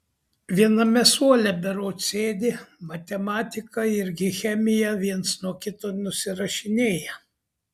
viename suole berods sėdi matematiką irgi chemiją viens nuo kito nusirašinėja